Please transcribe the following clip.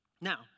Now